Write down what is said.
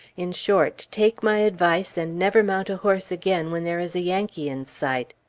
in short, take my advice and never mount a horse again when there is a yankee in sight.